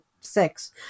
six